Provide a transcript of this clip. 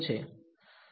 વિદ્યાર્થી